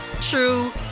true